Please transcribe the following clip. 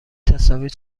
تصاویر